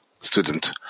Student